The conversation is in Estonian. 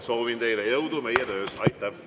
Soovin teile jõudu meie töös! Aitäh,